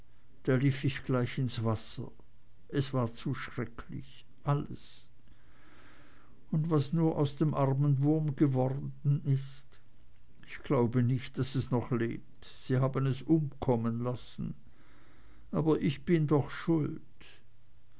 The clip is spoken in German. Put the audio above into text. da lief ich gleich ins wasser es war zu schrecklich alles und was nur aus dem armen wurm geworden is ich glaube nicht daß es noch lebt sie haben es umkommen lassen aber ich bin doch schuld